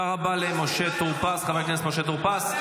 תודה רבה לחבר הכנסת משה טור פז.